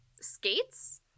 skates